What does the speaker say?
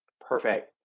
Perfect